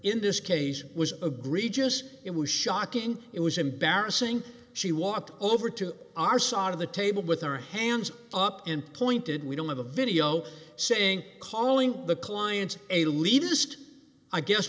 in this case was agree just it was shocking it was embarrassing she walked over to our side of the table with her hands up and pointed we don't have a video saying calling the clients elitist i guess